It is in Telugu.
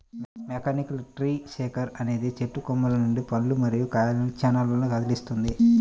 మెకానికల్ ట్రీ షేకర్ అనేది చెట్టు కొమ్మల నుండి పండ్లు మరియు కాయలను క్షణాల్లో కదిలిస్తుంది